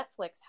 netflix